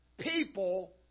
people